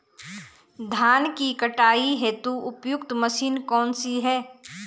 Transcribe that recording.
धान की कटाई हेतु उपयुक्त मशीन कौनसी है?